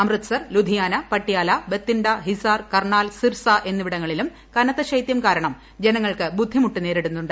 അമൃത്സർ ലുധിയാന പട്യാല ബത്തിൻഡ ഹിസാർ കർണാൽ സിർസ എന്നിവിടങ്ങളിലും കനത്ത ശൈത്യം കാരണം ജനങ്ങൾക്ക് ബുദ്ധിമുട്ട് നേരിടുന്നുണ്ട്